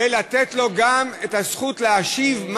ולתת לו גם את הזכות להשיב,